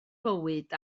bywyd